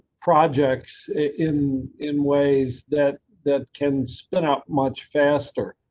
projects in, in ways that that can spin up much faster.